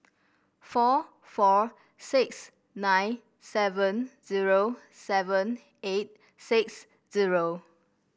four four six nine seven zero seven eight six zero